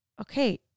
Okay